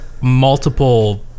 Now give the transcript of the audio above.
multiple